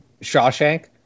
Shawshank